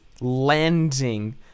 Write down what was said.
landing